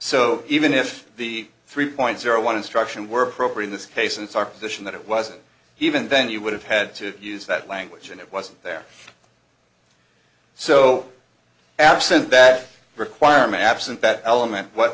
so even if the three point zero one instruction were in this case it's our position that it wasn't even then you would have had to use that language and it wasn't there so absent that requirement absent that element what